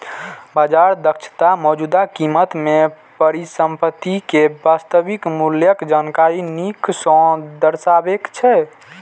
बाजार दक्षता मौजूदा कीमत मे परिसंपत्ति के वास्तविक मूल्यक जानकारी नीक सं दर्शाबै छै